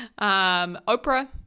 Oprah